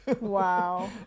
Wow